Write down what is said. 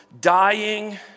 dying